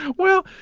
yeah well,